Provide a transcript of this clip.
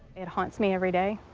it haunts me every day.